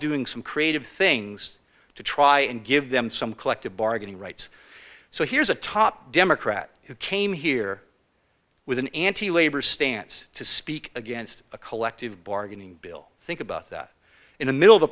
doing some creative things to try and give them some collective bargaining rights so here's a top democrat who came here with an anti labor stance to speak against a collective bargaining bill think about that in the middle of